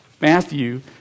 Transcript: Matthew